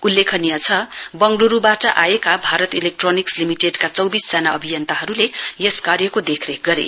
उल्लेखनीय छ बंगल्रूबाट आएका भारत इलेक्ट्रोनिक्स लिमिटेडका चौबिसजना अभियन्ताहरूले यस कार्यको देखरेख गरे